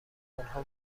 آنها